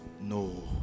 No